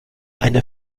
eine